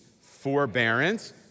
forbearance